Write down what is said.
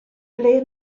ble